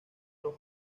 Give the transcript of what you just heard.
los